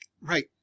right